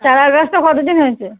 চারা গাছটা কতো দিন হয়েছে